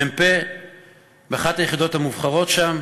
מ"פ באחת היחידות המובחרות שם,